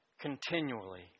continually